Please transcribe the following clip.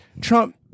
Trump